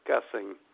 Discussing